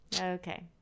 Okay